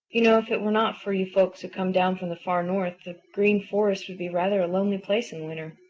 you know, if it were not for you folks who come down from the far north the green forest would be rather a lonely place in winter.